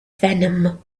venom